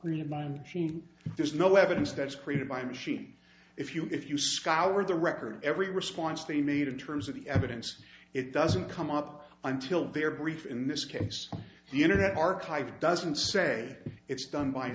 really mind there's no evidence that's created by machine if you if you scoured the record every response they made in terms of the evidence it doesn't come up until they're brief in this case the internet archive doesn't say it's done by